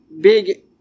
big